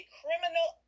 criminal